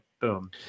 boom